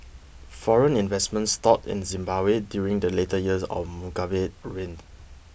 foreign investment stalled in Zimbabwe during the later years of Mugabe's reign